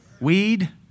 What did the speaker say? weed